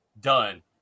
done